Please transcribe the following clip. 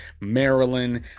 Maryland